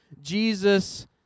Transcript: Jesus